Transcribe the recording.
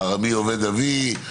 "ארמי אבד אבי",